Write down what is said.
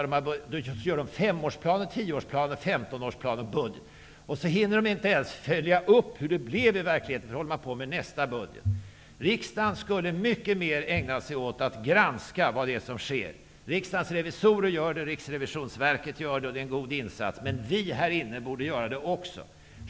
De gör femårsplaner, tioårsplaner och femtonårsplaner. Sedan hinner de inte ens följa upp hur det blev, därför att då håller man på med nästa budget. Riksdagen skulle ägna sig mycket mer åt att granska det som sker. Riksdagens revisorer och Riksrevisionsverket gör en god insats när det gäller granskning. Men vi här inne borde också granska.